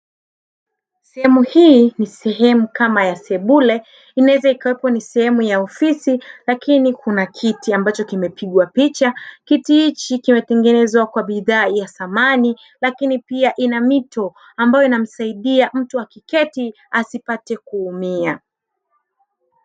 Sehemu hii ni sehemu kama ya sebule inaweza ikawepo ni sehemu ya ofisi lakini kuna kiti ambacho kimepigwa picha, kiti hichi kimetengenezwa kwa bidhaa ya samani lakini pia ina mito ambayo inamsaidia mtu akiketi asipate kuumia.